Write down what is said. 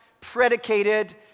predicated